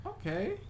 Okay